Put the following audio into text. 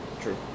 True